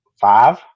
Five